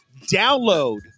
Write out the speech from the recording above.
Download